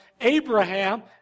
Abraham